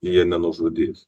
jie nenužudys